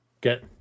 get